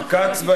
מצד,